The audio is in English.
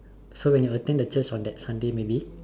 so when you attend the Church on that Sunday maybe